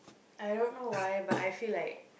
I don't know why but I feel like